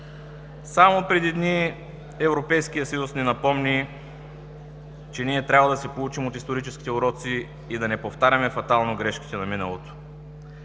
Само преди дни Европейският съюз ни напомни, че трябва да се поучим от историческите уроци и да не повтаряме фатално грешките на миналото.